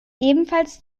ebenfalls